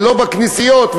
ולא בכנסיות,